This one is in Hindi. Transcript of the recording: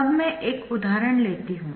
अब मैं एक उदाहरण लेती हूं